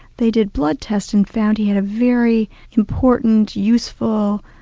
they did blood tests and found he had a very important, useful,